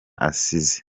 asize